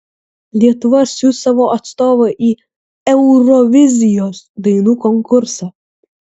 lietuva siųs savo atstovą į eurovizijos dainų konkursą